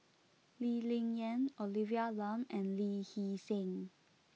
Lee Ling Yen Olivia Lum and Lee Hee Seng